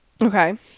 Okay